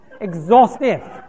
exhaustive